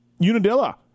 Unadilla